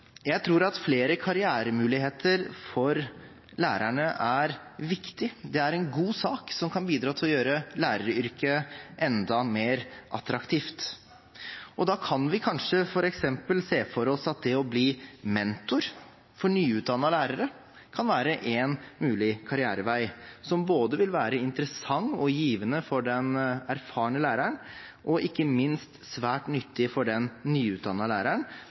Jeg tror at flere karrieremuligheter for lærerne er viktig. Det er en god sak, som kan bidra til å gjøre læreryrket enda mer attraktivt. Da kan vi kanskje f.eks. se for oss at det å bli mentor for nyutdannede lærere kan være en mulig karrierevei, som både vil være interessant og givende for den erfarne læreren, og ikke minst være svært nyttig for den nyutdannede læreren,